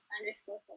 underscore